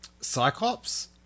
Cyclops